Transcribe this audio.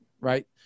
right